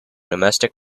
domestic